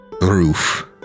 roof